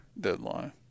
deadline